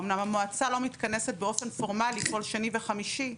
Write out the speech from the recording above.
אומנם המועצה לא מתכנסת באופן פורמלי כל שני וחמישי,